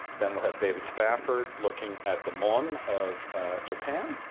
then we'll have david spafford looking at the mon of japan.